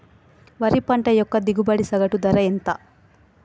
వరి పంట యొక్క దిగుబడి సగటు ధర ఎంత?